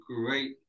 great